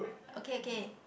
okay okay